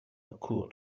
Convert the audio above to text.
occur